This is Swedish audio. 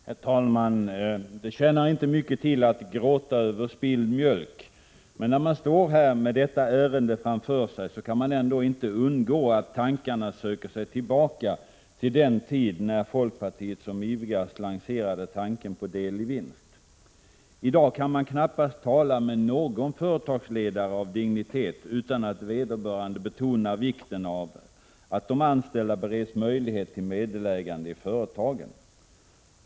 Herr talman! Det tjänar inte mycket till att gråta över spilld mjölk, men när man står här med detta ärende framför sig kan man inte undgå att tankarna söker sig tillbaka till den tid när folkpartiet som ivrigast lanserade tanken på del i vinst. I dag kan man knappast tala med någon företagsledare av dignitet utan att vederbörande betonar vikten av att de anställda bereds möjlighet till meddelägande i företagen.